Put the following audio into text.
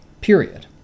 Period